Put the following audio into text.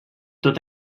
tot